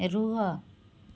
ରୁହ